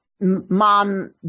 mom